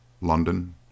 London